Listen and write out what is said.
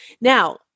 Now